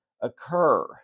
occur